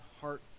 heart